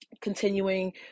continuing